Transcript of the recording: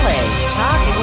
Talk